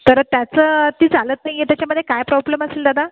तर त्याचं ती चालत नाही आहे त्याच्यामध्ये काय प्रॉब्लम असेल दादा